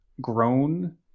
grown